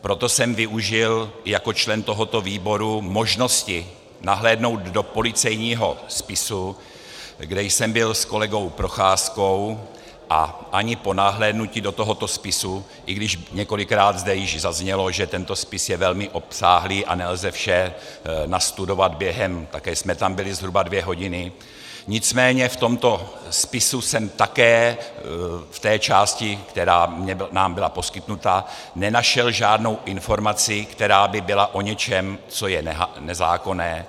Proto jsem využil jako člen tohoto výboru možnosti nahlédnout do policejního spisu, kde jsem byl s kolegou Procházkou, a ani po nahlédnutí do tohoto spisu, i když několikrát zde již zaznělo, že tento spis je velmi obsáhlý a nelze vše nastudovat během také jsme tam byli zhruba dvě hodiny, nicméně v tomto spisu jsem také v té části, která nám byla poskytnuta, nenašel žádnou informaci, která by byla o něčem, co je nezákonné.